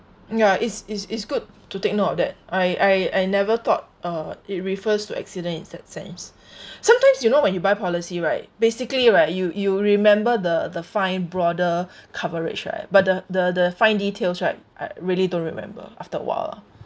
ya it's it's it's good to take note of that I I I never thought uh it refers to accident in that sense sometimes you know when you buy policy right basically right you you remember the the fine broader coverage right but the the the fine details right I really don't remember after awhile